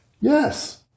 Yes